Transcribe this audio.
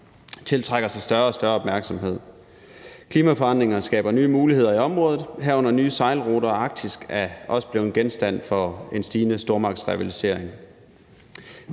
tiltrækker sig større og større opmærksomhed. Klimaforandringer skaber nye muligheder i området, herunder nye sejlruter, og Arktis er også blevet genstand for stigende stormagtsrivalisering.